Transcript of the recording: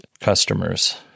customers